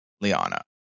Liana